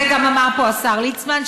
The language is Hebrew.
וגם אמר פה השר ליצמן,